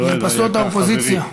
מרפסות האופוזיציה.